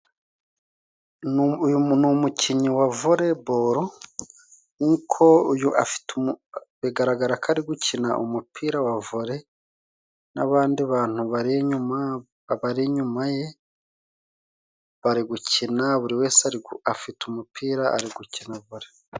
Uyu ni umukinnyi wa voreboro yuko uyu bigaragara ko ari gukina umupira wa vore. N'abandi bantu bari inyuma ye bari gukina, buri wese afite umupira ari gukina vore.